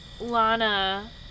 Lana